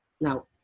Now